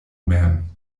mem